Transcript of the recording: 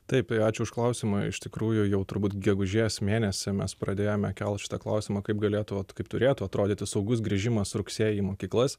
taip ačiū už klausimą iš tikrųjų jau turbūt gegužės mėnesį mes pradėjome kelt šitą klausimą kaip galėtų kaip turėtų atrodyti saugus grįžimas rugsėjį į mokyklas